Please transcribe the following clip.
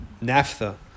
naphtha